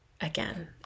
Again